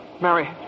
Mary